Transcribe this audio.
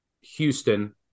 Houston